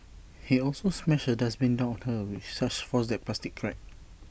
he also smashed A dustbin down on her with such force that the plastic cracked